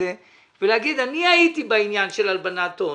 ולהגיד: אני הייתי בעניין של הלבנת הון.